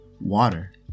water